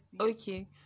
Okay